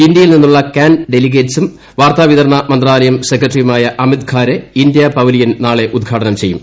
ഇന്ത്യയിൽ നിന്നുള്ള കാൻ ഡെലിഗേറ്റും വാർത്താവിതരണ മന്ത്രാലയം സെക്രട്ടറിയുമായ അമിത് ഖാരെ ഇന്ത്യ പവലിയൻ നാളെ ഉദ്ഘാടനം ചെയ്യും